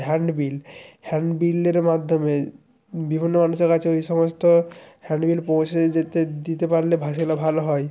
hand bill hand বিলের মাধ্যমে বিভিন্ন মানুষের কাছে ওই সমস্ত হ্যান্ড বিল পৌঁছে যেতে দিতে পারলে সেগুলো ভালো হয়